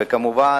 וכמובן,